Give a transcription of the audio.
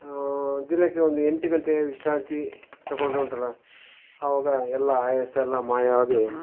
ದಿನಕ್ಕೆ ಒಂದು ಎಂಟು ಗಂಟೆ ವಿಶ್ರಾಂತಿ ತಗೊಂಡ್ರೆ ಉಂಟಲ್ಲ ಅವಾಗ ಎಲ್ಲ ಆಯಾಸ ಎಲ್ಲ ಮಾಯವಾಗಿ